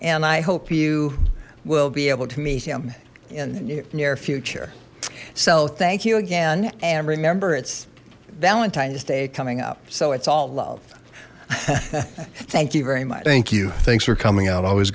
and i hope you will be able to meet him in the near future so thank you again and remember it's valentine's day coming up so it's all love thank you very much thank you thanks for coming out always